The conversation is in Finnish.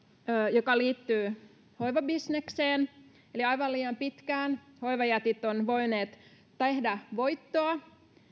joka liittyy hoivabisnekseen aivan liian pitkään hoivajätit ovat voineet tehdä voittoa